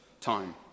time